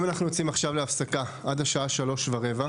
אם אנחנו יוצאים עכשיו להפסקה עד השעה 15:15,